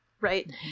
right